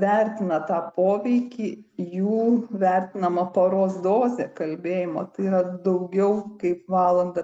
vertina tą poveikį jų vertinama paros dozė kalbėjimo tai yra daugiau kaip valanda